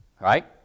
Right